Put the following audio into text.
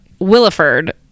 williford